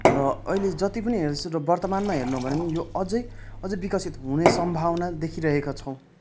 र अहिले जति पनि हेर्दैछु र वर्तमानमा हेर्नु हो भने पनि यो अझ अझ विकसित हुने सम्भावना देखिरहेका छौँ